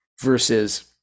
Versus